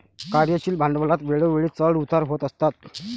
कार्यशील भांडवलात वेळोवेळी चढ उतार होत असतात